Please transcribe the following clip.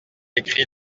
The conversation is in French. écrit